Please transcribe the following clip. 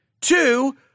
two